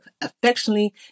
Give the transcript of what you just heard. affectionately